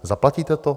Zaplatíte to?